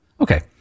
Okay